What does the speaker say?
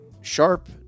Sharp